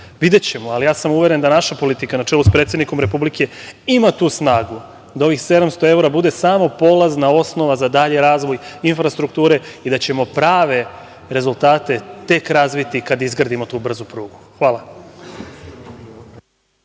videćemo, ali ja sam uveren da naša politika, na čelu sa predsednikom Republike, ima tu snagu da ovih 700 evra bude samo polazna osnova za dalji razvoj infrastrukture i da ćemo prave rezultate tek razviti kad izgradimo tu brzu prugu. Hvala.